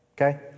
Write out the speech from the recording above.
Okay